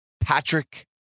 Patrick